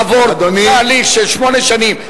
צריך לעבור תהליך של שמונה שנים,